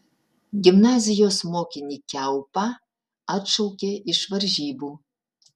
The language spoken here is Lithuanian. gimnazijos mokinį kiaupą atšaukė iš varžybų